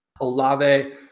Olave